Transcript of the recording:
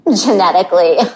genetically